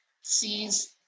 sees